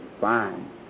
fine